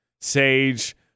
Sage